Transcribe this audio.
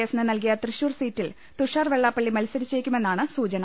എസിന് നൽകിയ തൃശൂർ സീറ്റിൽ തുഷാർ വെള്ളാപ്പള്ളി മത്സരിച്ചേക്കുമെന്നാണ് സൂചന